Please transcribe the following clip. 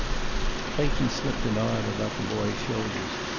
clayton slipped an arm about the boy's shoulders.